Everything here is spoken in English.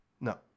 No